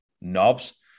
knobs